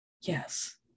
Yes